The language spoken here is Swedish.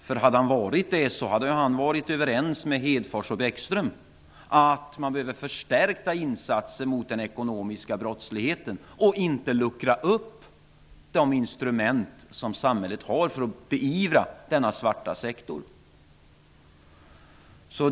Om han hade varit det, hade han varit överens med Hedfors och Bäckström om att man behöver förstärka insatserna mot den ekonomiska brottsligheten och inte luckra upp de instrument som samhället har för att beivra denna svarta sektor.